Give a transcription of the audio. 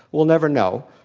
we'll never know.